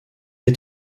est